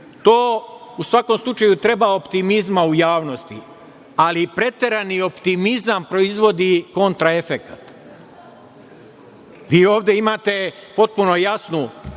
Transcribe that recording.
to u svakom slučaju treba optimizma u javnosti, ali preterani optimizam proizvodi kontra efekat. Vi ovde imate potpuno jasnu